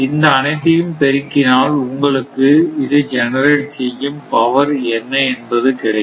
இந்த அனைத்தையும் பெருக்கினால் உங்களுக்கு இது ஜெனரேட் செய்யும் பவர் என்ன என்பது கிடைக்கும்